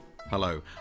Hello